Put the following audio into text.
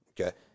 okay